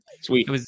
Sweet